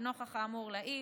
נוכח האמור לעיל,